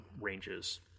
ranges